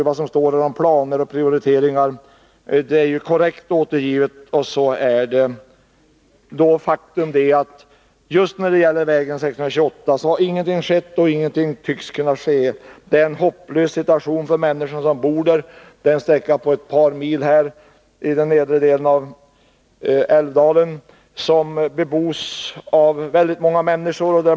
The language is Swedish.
Det som sägs där om planer och prioriteringar är naturligtvis korrekt återgivet, men faktum är att just när det gäller väg 628 har ingenting skett, och ingenting tycks kunna ske. Det är en hopplös situation för människorna som bor där. Det rör sig om en sträcka på ett par mil i den nedre delen av älvdalen, som bebos av väldigt många människor.